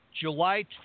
July